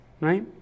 right